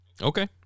Okay